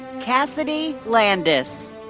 cassidy landis.